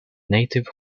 native